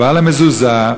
ועל המזוזה,